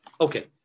Okay